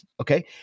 Okay